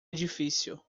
edifício